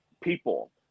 people